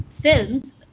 films